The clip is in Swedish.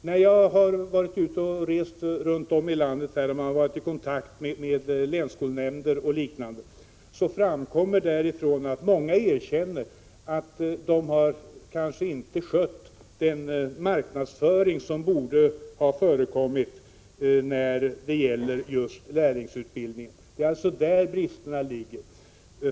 När jag varit utei landet och haft kontakt med länsskolnämnder osv. har många erkänt att de kanske inte har skött marknadsföringen på ett sådant sätt som borde ha skett när det gäller just lärlingsutbildningen. Det är alltså i det avseendet som bristerna finns.